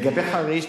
לגבי חריש,